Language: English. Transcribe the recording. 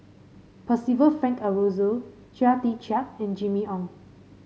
Percival Frank Aroozoo Chia Tee Chiak and Jimmy Ong